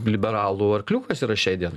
liberalų arkliukas yra šiai dien